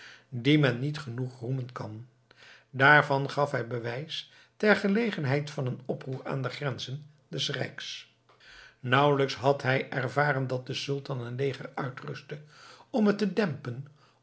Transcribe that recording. die men niet genoeg roemen kan daarvan gaf hij bewijs ter gelegenheid van een oproer aan de grenzen des rijks nauwelijks had hij ervaren dat de sultan een leger uitrustte om het te dempen